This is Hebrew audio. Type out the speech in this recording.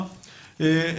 איל,